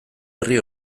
herri